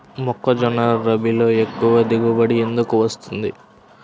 మొక్కజొన్న రబీలో ఎక్కువ దిగుబడి ఎందుకు వస్తుంది?